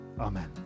Amen